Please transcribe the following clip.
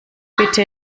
bitte